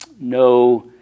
no